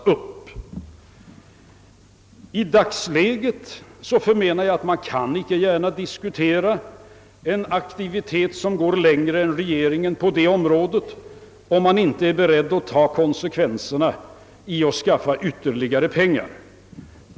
I dagens läge kan man icke gärna på detta område diskutera en aktivitet som går längre än regeringens förslag, om man inte är beredd att ta konsekvenserna när det gäller att skaffa ytterligare pengar.